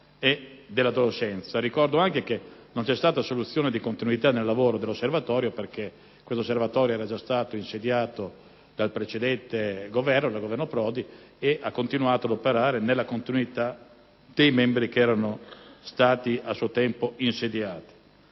e dell'adolescenza. Ricordo anche che non vi è stata soluzione di continuità nel lavoro dell'Osservatorio, perché esso era già stato insediato dal precedente Governo Prodi ed ha continuato ad operare nella continuità dei membri che erano stati a suo tempo insediati.